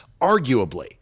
arguably